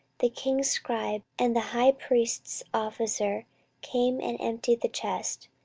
the king's scribe and the high priest's officer came and emptied the chest,